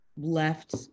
left